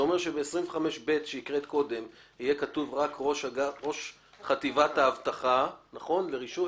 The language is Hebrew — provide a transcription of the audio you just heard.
זה אומר שבסעיף 25ב שהקראת קודם יהיה כתוב רק ראש חטיבת אבטחה ורישוי,